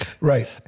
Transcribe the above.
Right